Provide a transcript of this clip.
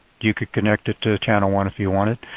you could connect it to channel one if you wanted.